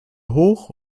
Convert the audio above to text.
hoch